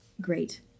great